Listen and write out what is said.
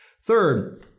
Third